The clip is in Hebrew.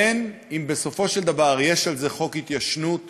בין אם בסופו של דבר חל על זה חוק התיישנות